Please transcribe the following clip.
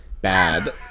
bad